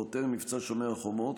ועוד טרם מבצע שומר חומות,